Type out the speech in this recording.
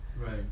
Right